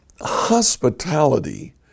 hospitality